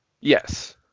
Yes